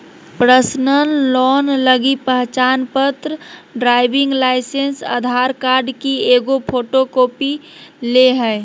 personal loan लगी पहचानपत्र, driving licence, Aadhaar card की एगो फोटोकॉपी ले हइ